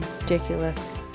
ridiculous